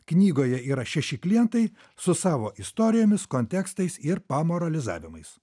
knygoje yra šeši klientai su savo istorijomis kontekstais ir pamoralizavimais